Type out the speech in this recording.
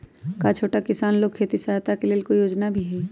का छोटा किसान लोग के खेती सहायता के लेंल कोई योजना भी हई?